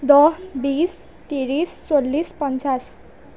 দহ বিছ ত্ৰিছ চল্লিছ পঞ্চাছ